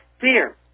fear